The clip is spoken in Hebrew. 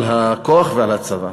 הכוח ועל הצבא.